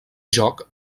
joc